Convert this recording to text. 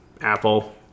Apple